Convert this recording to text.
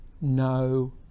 no